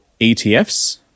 ETFs